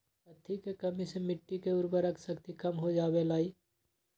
कथी के कमी से मिट्टी के उर्वरक शक्ति कम हो जावेलाई?